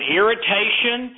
irritation